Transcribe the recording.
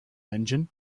engine